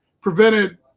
prevented